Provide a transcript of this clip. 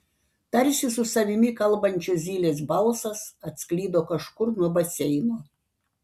tarsi su savimi kalbančio zylės balsas atsklido kažkur nuo baseino